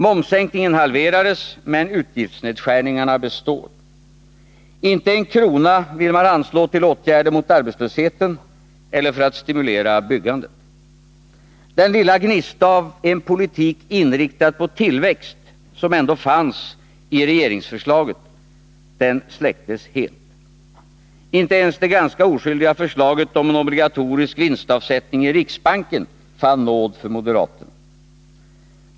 Momssänkningen halverades, men utgiftsnedskärningarna består. Inte en krona vill man anslå till åtgärder mot arbetslösheten eller för att stimulera byggandet. Den lilla gnista av en politik inriktad på tillväxt, som ändå fanns i regeringsförslaget, släcktes helt. Inte ens det ganska oskyldiga förslaget om en obligatorisk vinstavsättning i riksbanken fann nåd för moderaterna.